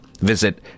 Visit